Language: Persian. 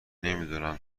نمیدونم